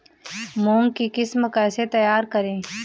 मूंग की किस्म कैसे तैयार करें?